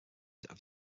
have